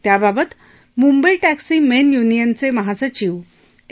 त्याबाबत Mumbai taxi men युनियनचे महासचिव ए